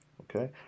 Okay